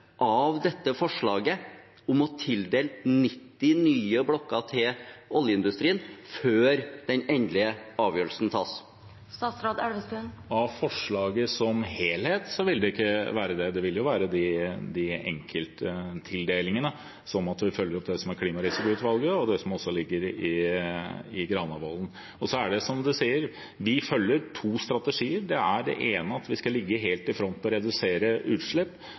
av dette forslaget om å tildele 90 nye blokker til oljeindustrien, før den endelige avgjørelsen tas? Av forslaget som helhet vil det ikke bli det. Det vil være enkelttildelingene, som at vi følger opp klimarisikoutvalget og det som ligger i Granavolden-plattformen. Vi følger to strategier. Den ene er at vi skal ligge helt i front når det gjelder å redusere utslipp.